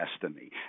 destiny